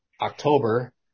October